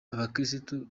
abakirisitu